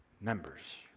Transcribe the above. Members